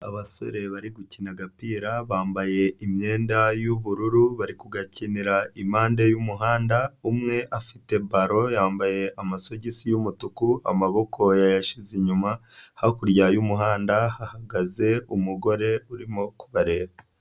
Abasore bari gukina agapira bambaye imyenda y'ubururu bari kugakinira impande y'umuhanda, umwe afite balo yambaye amasogisi y'umutuku amaboko ya yashyize inyuma, hakurya y'umuhanda hahagaze umugore urimo kubareba.